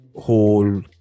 whole